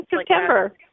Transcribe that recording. September